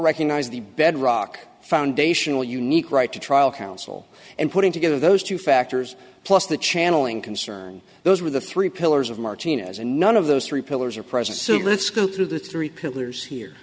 recognized the bedrock foundational unique right to trial counsel and putting together those two factors plus the channeling concern those were the three pillars of martinez and none of those three pillars are present so let's go through the three pillars here